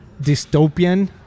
dystopian